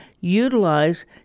utilize